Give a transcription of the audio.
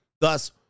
Thus